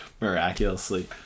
miraculously